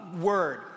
word